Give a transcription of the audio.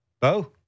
Bo